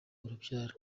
urubyaro